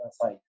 side